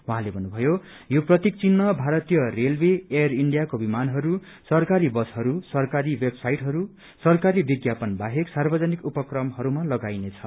उहाँले भन्नुभयो यो प्रतिक चिन्ह भारतीय रेलवे एयर इण्डियाको विमानहरू सरकारी बसहरू सरकारी वेबसाइटहरू सरकारी विज्ञापन बाहेक सार्वजनिक उपक्रमहरूमा लगाइने छ